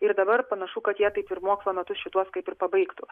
ir dabar panašu kad jie taip ir mokslo metus šituos kaip ir pabaigtų